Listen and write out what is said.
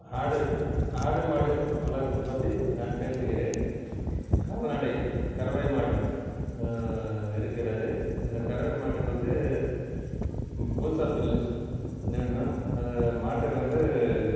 ஆடு ஆடுமாடு வளர்ப்பு பற்றி நான் பேசுகிறேன் கால்நடை கறவை மாடு இருக்கிறது இந்த கறவை மாட்டுக்கு வந்து பூசா புல்லு அது என்னென்னால் மாட்டை வந்து